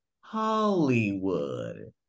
Hollywood